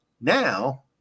now